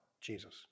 Jesus